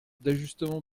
d’ajustement